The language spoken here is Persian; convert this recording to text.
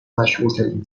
مشهورترین